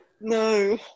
No